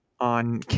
on